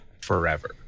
forever